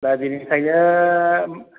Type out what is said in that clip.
दा बिनिखायनो